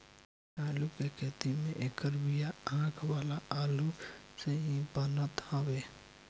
आलू के खेती में एकर बिया आँख वाला आलू से ही बनत हवे